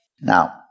Now